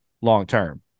long-term